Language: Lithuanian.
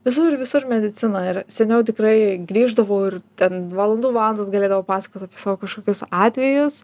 visur visur medicina ir seniau tikrai grįždavau ir ten valandų valandas galėdavau pasakot savo kažkokius atvejus